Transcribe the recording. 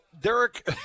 Derek